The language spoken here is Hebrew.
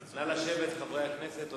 לשבת, חברי הכנסת.